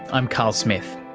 i'm carl smith.